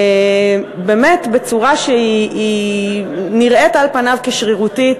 באמת בצורה שנראית על פניה כשרירותית,